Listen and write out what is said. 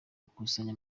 gukusanya